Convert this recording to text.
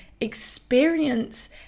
experience